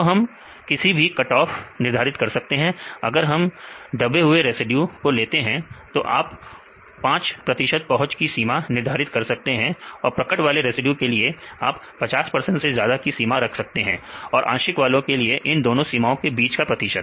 तो हम कोई भी कट ऑफ निर्धारित कर सकते हैं अगर हम दबे हुए रेसिड्यूज को लेते हैं तो आप 5 प्रतिशत पहुंच की सीमा निर्धारित कर सकते हैं और प्रकट वाले रेसिड्यूज के लिए आप 50 से ज्यादा की सीमा रख सकते हैं और आंशिक वालों के लिए इन दोनों सीमाओं के बीच का प्रतिशत